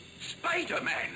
spider-man